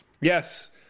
Yes